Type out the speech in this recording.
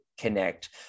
connect